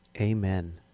Amen